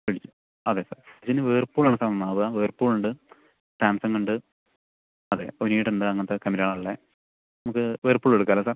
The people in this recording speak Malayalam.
ഫ്രിഡ്ജ് അതെ സാർ എനി വേർപൂളാണ് സാർ നന്നാവുക വേർപൂളുണ്ട് സാംസംഗ് ഉണ്ട് അതെ ഒനീഡ ഉണ്ട് അങ്ങനത്തെ കമ്പനികളാണ് ഉള്ളത് നമ്മൾക്ക് വേർപൂൾ എടുക്കാം അല്ലെ സാർ